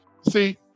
See